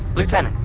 lieutenant,